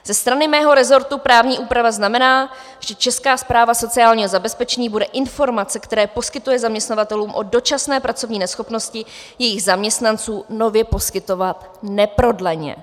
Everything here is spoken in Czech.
Ze strany mého resortu právní úprava znamená, že Česká správa sociálního zabezpečení bude informace, které poskytuje zaměstnavatelům o dočasné pracovní neschopnosti jejich zaměstnanců, nově poskytovat neprodleně.